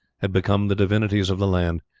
had become the divinities of the land,